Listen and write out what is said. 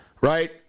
right